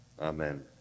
Amen